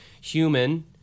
human